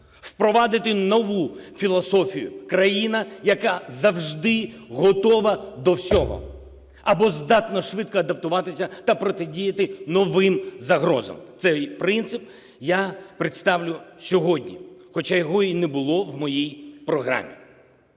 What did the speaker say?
впровадити нову філософію. Країна, яка завжди готова до всього або здатна швидко адаптуватися та протидіяти новим загрозам, цей принцип я представлю сьогодні, хоча його і не було в моїй програмі.